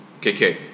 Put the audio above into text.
KK